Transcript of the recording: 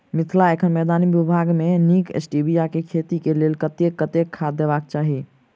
मिथिला एखन मैदानी भूभाग मे नीक स्टीबिया केँ खेती केँ लेल कतेक कतेक खाद देबाक चाहि?